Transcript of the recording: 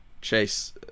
Chase